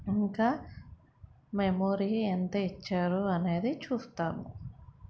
ఇంకా మెమోరీ ఎంత ఇచ్చారు అనేది చూస్తాము